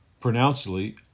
pronouncedly